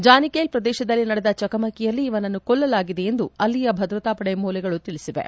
ಜಾನಿಕೇಲ್ ಪ್ರದೇತದಲ್ಲಿ ನಡೆದ ಚಕಮಕಿಯಲ್ಲಿ ಇವನನ್ನು ಕೊಲ್ಲಲಾಗಿದೆ ಎಂದು ಅಲ್ಲಿಯ ಭದ್ರತಾಪಡೆ ಮೂಲಗಳು ತಿಳಿಸಿವೆ